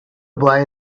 boy